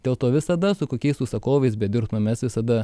dėl to visada su kokiais užsakovais bedirbtume mes visada